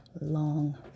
long